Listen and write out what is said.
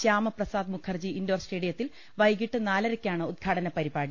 Shyamaprasad Mukherjee indoor സ്റ്റേഡിയ ത്തിൽ വൈകീട്ട് നാലരയ്ക്കാണ് ഉദ്ഘാടന പരിപാടി